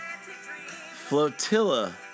Flotilla